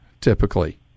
typically